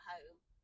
home